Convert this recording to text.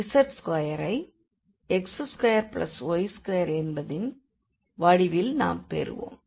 z2 ஐ x2y2என்பதின் வடிவில் நாம் பெறுவோம்